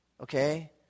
okay